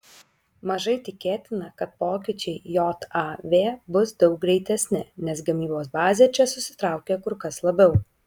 mažai tikėtina kad pokyčiai jav bus daug greitesni nes gamybos bazė čia susitraukė kur kas labiau